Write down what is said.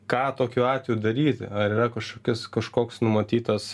ką tokiu atveju daryti ar yra kažkokios kažkoks numatytas